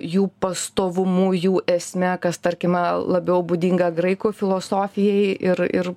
jų pastovumu jų esme kas tarkime labiau būdinga graikų filosofijai ir ir